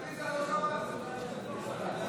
הודעת הממשלה על צירוף שר לממשלה ועל